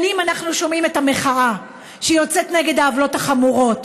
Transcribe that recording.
שנים אנחנו שומעים את המחאה שיוצאת נגד העוולות החמורות.